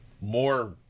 more